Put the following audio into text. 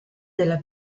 della